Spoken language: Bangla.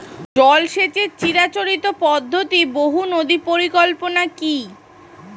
জল সেচের চিরাচরিত পদ্ধতি বহু নদী পরিকল্পনা কি?